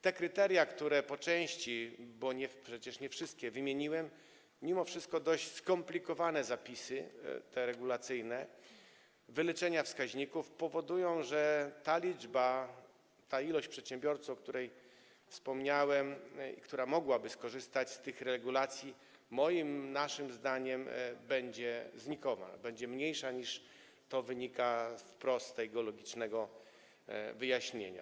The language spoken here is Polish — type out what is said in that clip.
Te kryteria, które po części, bo przecież nie wszystkie, wymieniłem, mimo wszystko dość skomplikowane zapisy regulacyjne, wyliczenia wskaźników powodują, że liczba przedsiębiorców, o której wspomniałem, którzy mogliby skorzystać z tych regulacji, naszym zdaniem będzie znikoma, będzie mniejsza, niż to wynika wprost z tego logicznego wyjaśnienia.